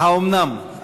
האומנם?